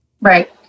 Right